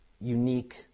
unique